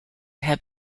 have